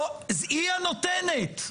היא הנותנת,